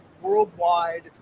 worldwide